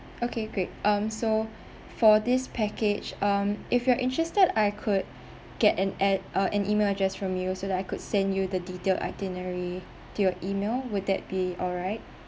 okay great um so for this package um if you are interested I could get an add~ ah an email address from you so that I could send you the detailed itinerary to your email will that be alright